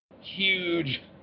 Huge